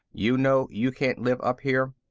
you know you can't live up here.